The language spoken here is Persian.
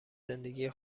زندگی